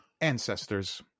ancestors